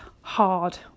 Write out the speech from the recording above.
hard